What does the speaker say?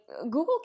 Google